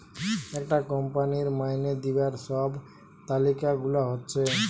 একটা কোম্পানির মাইনে দিবার যে সব তালিকা গুলা হচ্ছে